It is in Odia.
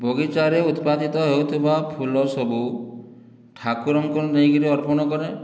ବଗିଚାରେ ଉତ୍ପାଦିତ ହେଉଥିବା ଫୁଲ ସବୁ ଠାକୁରଙ୍କୁ ନେଇକରି ଅର୍ପଣ କରେ